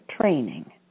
training